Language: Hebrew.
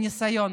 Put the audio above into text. מניסיון,